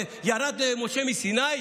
זה ירד אל משה מסיני,